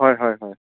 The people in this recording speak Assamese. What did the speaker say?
হয় হয় হয়